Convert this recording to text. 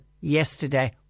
yesterday